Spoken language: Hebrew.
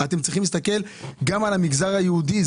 אתם צריכים להסתכל גם על המגזר היהודי.